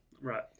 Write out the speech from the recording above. Right